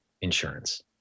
insurance